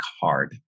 hard